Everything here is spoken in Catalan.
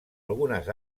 algunes